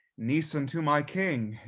niece unto my king,